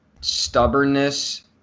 stubbornness